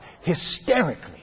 hysterically